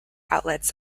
outlets